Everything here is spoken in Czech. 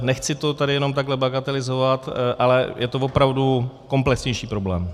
Nechci to tady jenom takhle bagatelizovat, ale je to opravdu komplexnější problém.